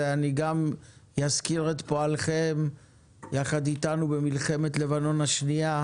ואני גם אזכיר את פועלכם יחד איתנו במלחמת לבנון השנייה,